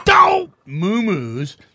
Moo-moos